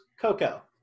Coco